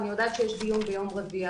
אני יודעת שיש דיון ביום רביעי,